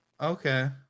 Okay